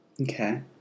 Okay